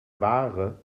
ware